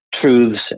truths